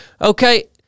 Okay